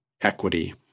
equity